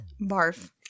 Barf